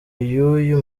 y’uyu